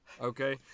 Okay